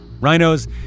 Rhinos